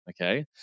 okay